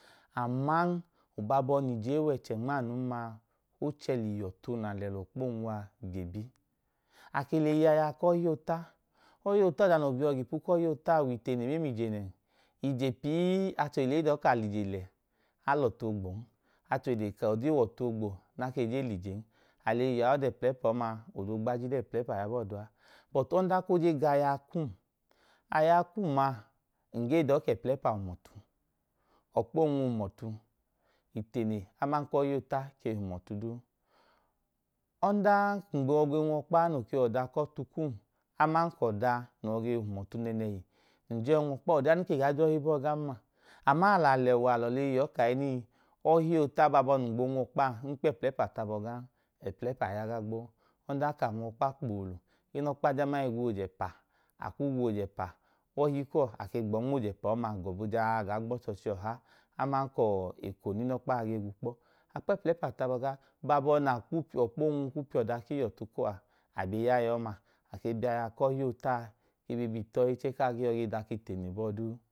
Aman abaabọ nẹ ije i wẹchẹ nma nun ma, o chẹ lẹ ihọtu nẹ a lẹ lẹ ọkpa oonwu a gebi. A ke lẹ eyi yẹ aya ku ọhi oota, je ka ọda noo bi uwọ ga ipu ku ọhi oota a, wẹ ije nẹ? Ii, achẹ ge dọọ ka, a lẹ ije lẹ, a ẹ ọtu oogbon. Ọdi wẹ ọtu oogbo nẹ a ke ge lẹ ijen? Ẹplẹpa ọma a, ọda ogbajili ba ẹplẹpa ọma duu. Bọtu, ọdanka o ga aya kum, aya kum a, ọkpa oonwu hum ọtu, ọhi oota ke hum ọtu duu. Ọndan ka ng ke yọi nwọkpa noo ke wẹ ọda ku ọtu kum, aman ka ọda noo yọi hum ọtu nẹẹnẹhi, ng je ọọ nwu ọkpa, ọdiya num ke gaa je ọhi bọọ gan ma? Ama, alọ alẹwa, alọ lẹ eyi yọọ kahinii, ọhi oota abaabọ num gboo nwu ọkpa a, ng kpo ẹplẹpa tu abọ gan. Ẹplẹpa ya gaa gboo. Ọdanka a nwu ọkpa kpuulu, inọkpa jama le gwu oje ẹpa, a kwu gwu oje ẹpa, a ke leyi kwu ọhi kuwọ nma oje ẹpa ọma jaa gọbu gaa gba ọchọọchi ọha. Aman ka ọọ, eko nẹ inọkpa a ge gwu kpọ. A kpo ẹplẹpa tu abọ ga. Abaabọ nẹ ọkpa oonwu kwu piya ihọtu kuwọ a, a yọọ ga. Ohigbu ẹgọma, a bi aya ku ọhi oota kaa dọka itene bọọ duu